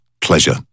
Pleasure